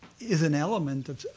is an element of,